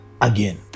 again